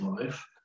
life